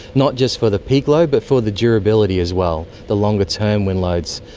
not just for the peak load but for the durability as well, the longer term wind loads.